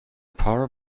power